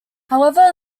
however